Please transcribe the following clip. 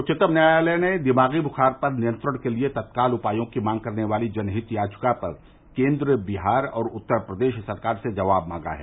उच्चतम न्यायालय ने दिमागी बुखार पर नियंत्रण के लिए तत्काल उपायों की मांग करने वाली जनहित याचिका पर केन्द्र बिहार और उत्तर प्रदेश सरकार से जवाब मांगा है